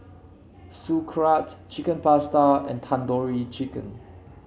Sauerkraut Chicken Pasta and Tandoori Chicken